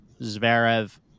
Zverev